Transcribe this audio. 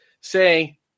say